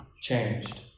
changed